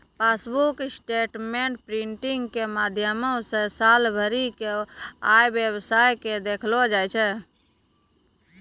passbook statement printing के माध्यमो से साल भरि के आय व्यय के देखलो जाय छै